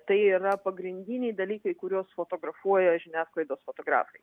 tai yra pagrindiniai dalykai kuriuos fotografuoja žiniasklaidos fotografai